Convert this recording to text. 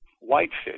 Whitefish